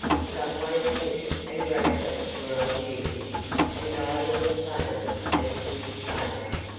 subway smith and bragdon were on duty and neither was famous as a good sailor.